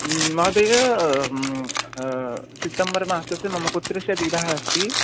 महोदय सितम्बर मासस्य मम पुत्रस्य विवाहः अस्ति